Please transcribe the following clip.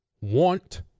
want